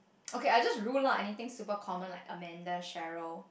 okay I just rule lah anything super common like Amanda Cheryl